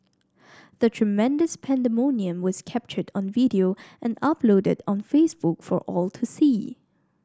the tremendous pandemonium was captured on video and uploaded on Facebook for all to see